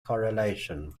correlation